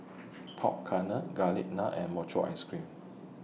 Pork Garlic Naan and Mochi Ice Cream